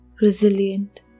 resilient